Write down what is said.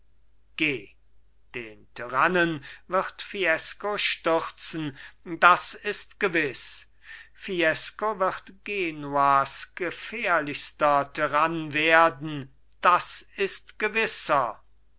den tyrannen wird fiesco stürzen das ist gewiß fiesco wird genuas gefährlichster tyrann werden das ist gewisser